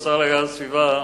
השר להגנת הסביבה,